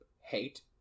hate